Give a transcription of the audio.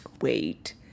wait